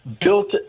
built—